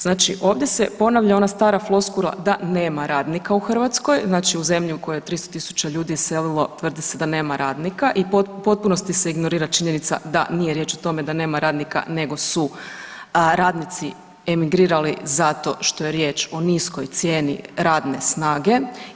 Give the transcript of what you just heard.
Znači ovdje se ponavlja ona stara floskula da nema radnika u Hrvatskoj, znači u zemlji u kojoj je 300.000 ljudi iselio tvrdi se da nema radnika i u potpunosti se ignorira činjenica da nije riječ o tome da nema radnika nego su radnici emigrirali zato što je riječ o niskoj cijeni radne snage.